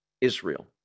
Israel